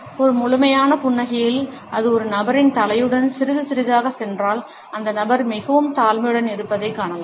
ஒரு முழுமையான புன்னகையில் அது ஒரு நபரின் தலையுடன் சிறிது சிறிதாகச் சென்றால் அந்த நபர் மிகவும் தாழ்மையுடன் இருப்பதைக் காணலாம்